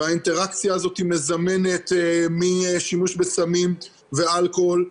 והאינטראקציה הזאת מזמנת גם שימוש בסמים ואלכוהול.